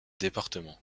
département